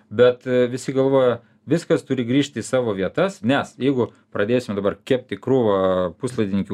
bet visi galvojo viskas turi grįžti į savo vietas nes jeigu pradėsim dabar kepti krūvą puslaidininkių